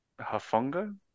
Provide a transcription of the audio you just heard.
Hafunga